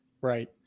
Right